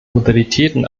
modalitäten